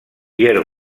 pierre